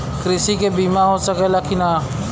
कृषि के बिमा हो सकला की ना?